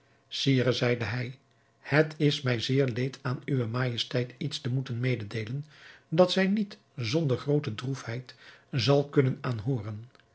sire zeide hij het is mij zeer leed aan uwe majesteit iets te moeten mededeelen dat zij niet zonder groote droefheid zal kunnen aanhooren